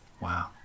wow